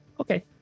okay